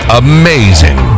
amazing